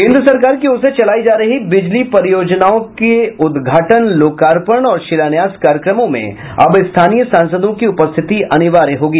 केन्द्र सरकार की ओर से चलायी जा रही बिजली परियोजनाओं के उद्घाटन लोकार्पण और शिलान्यास कार्यक्रमों में अब स्थानीय सांसदों की उपस्थिति अनिवार्य होगी